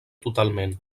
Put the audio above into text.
totalment